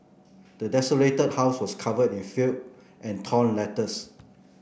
the desolated house was covered in filth and torn letters